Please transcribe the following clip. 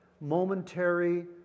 momentary